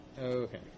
Okay